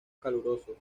calurosos